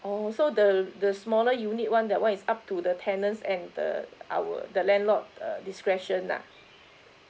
oh so the the smaller unit [one] that one is up to the tenants and the our the landlord err discretion lah